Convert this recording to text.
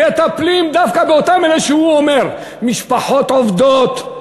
מטפלים דווקא באותם אלה שהוא אומר: משפחות עובדות,